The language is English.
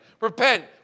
Repent